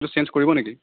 এইটো চেঞ্জ কৰিব নেকি